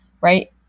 right